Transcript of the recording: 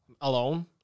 alone